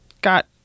got